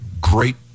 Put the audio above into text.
great